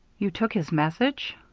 you took his message?